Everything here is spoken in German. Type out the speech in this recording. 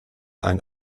ein